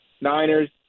Niners